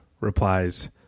replies